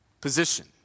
position